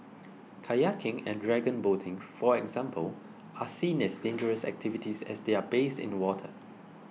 kayaking and dragon boating for example are seen as dangerous activities as they are based in water